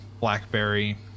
Blackberry